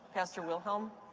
pastor wilhelm.